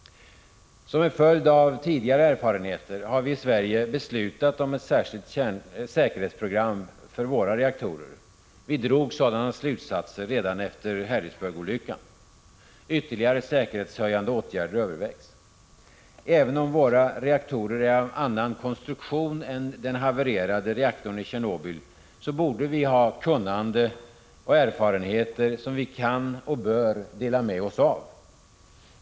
Som en följd av tidigare erfarenheter har vi i Sverige beslutat om ett särskilt säkerhetsprogram för våra reaktorer. Vi drog sådana slutsatser redan efter olyckan i Harrisburg. Ytterligare säkerhetshöjande åtgärder övervägs. Även om våra reaktorer är av en annan konstruktion än den havererade reaktorn i Tjernobyl, så torde vi ha kunnande och erfarenheter som vi kan och bör dela med oss av.